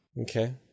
Okay